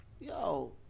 Yo